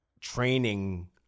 training